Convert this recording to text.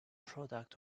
product